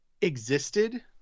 existed